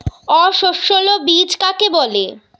অসস্যল বীজ কাকে বলে?